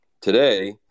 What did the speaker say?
today